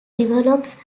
develops